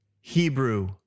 Hebrew